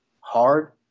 hard